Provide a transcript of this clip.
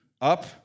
Up